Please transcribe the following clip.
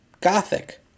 Gothic